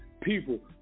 people